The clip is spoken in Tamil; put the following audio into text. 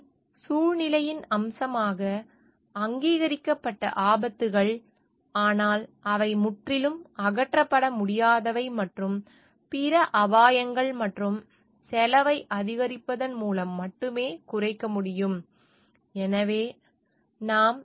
மேலும் சூழ்நிலையின் அம்சமாக அங்கீகரிக்கப்பட்ட ஆபத்துகள் ஆனால் அவை முற்றிலும் அகற்றப்பட முடியாதவை மற்றும் பிற அபாயங்கள் மற்றும் செலவை அதிகரிப்பதன் மூலம் மட்டுமே குறைக்க முடியும்